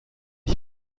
ich